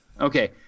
Okay